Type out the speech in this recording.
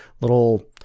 little